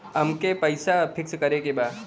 अमके पैसा फिक्स करे के बा?